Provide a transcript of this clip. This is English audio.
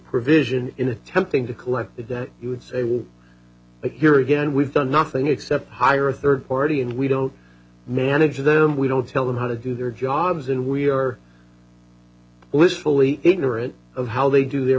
provision in attempting to collect a debt you would say we hear again we've done nothing except hire a third party and we don't manage them we don't tell them how to do their jobs and we are literally ignorant of how they do their